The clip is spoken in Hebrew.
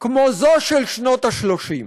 כמו זו של שנות ה-30.